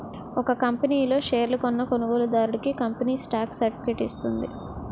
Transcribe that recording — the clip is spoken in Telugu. ఒక కంపనీ లో షేర్లు కొన్న కొనుగోలుదారుడికి కంపెనీ స్టాక్ సర్టిఫికేట్ ఇస్తుంది